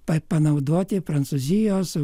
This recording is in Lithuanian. pa panaudoti prancūzijos